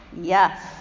yes